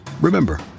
Remember